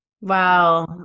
Wow